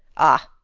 ah,